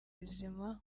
izima